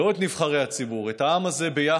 לא את נבחרי הציבור, אלא את העם הזה ביחד,